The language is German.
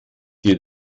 dir